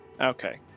Okay